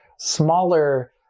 smaller